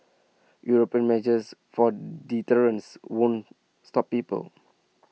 european measures of deterrence won't stop people